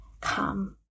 come